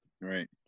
right